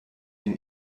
den